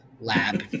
lab